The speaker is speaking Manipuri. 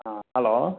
ꯑꯣ ꯍꯂꯣ